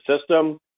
system